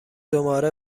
دوباره